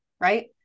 right